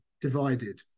divided